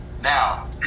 Now